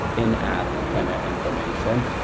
in-app kind of information,